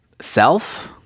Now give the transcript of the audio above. Self